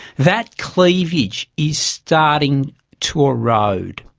that cleavage is starting to erode.